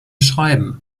schreiben